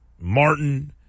Martin